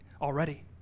already